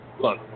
look